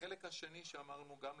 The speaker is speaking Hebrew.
החלק השני, שאמרנו גם להסתדרות,